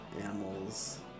animals